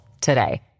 today